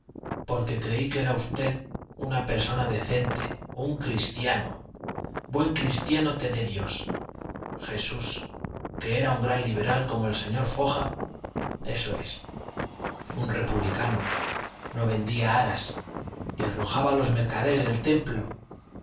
porque creí que era usted una persona decente un cristiano buen cristiano te dé dios jesús que era un gran liberal como el señor foja eso es un republicano no vendía aras y arrojaba a los mercaderes del templo